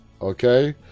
okay